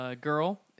girl